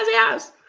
ah yes.